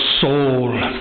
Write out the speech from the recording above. soul